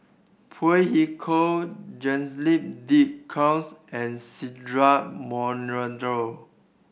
Phey Yew Kok Jacques De Coutre and Cedric Monteiro